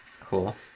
Cool